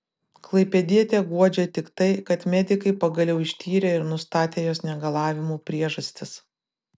klaipėdietę guodžia tik tai kad medikai pagaliau ištyrė ir nustatė jos negalavimų priežastis